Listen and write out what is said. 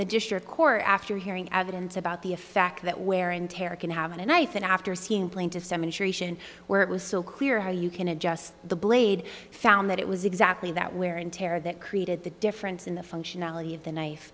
the district court after hearing evidence about the effect that wear and tear can have and i think after seeing plaintiff's demonstration where it was so clear how you can adjust the blade found that it was exactly that wear and tear that created the difference in the functionality of the knife